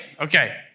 Okay